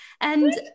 And-